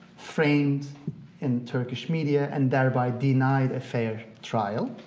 framed in turkish media, and thereby denied a fair trial.